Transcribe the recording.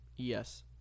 yes